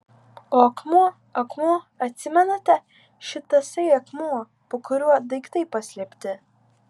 o akmuo akmuo atsimenate šit tasai akmuo po kuriuo daiktai paslėpti